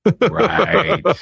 Right